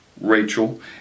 Rachel